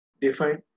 defined